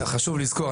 חשוב לזכור.